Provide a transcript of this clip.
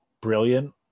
brilliant